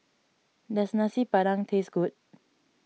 does Nasi Padang taste good